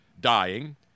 dying